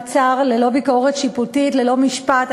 במעצר ללא ביקורת שיפוטית, ללא משפט.